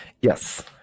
Yes